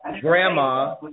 grandma